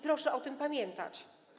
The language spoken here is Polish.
Proszę o tym pamiętać.